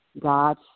God